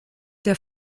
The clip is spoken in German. der